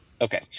Okay